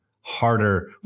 harder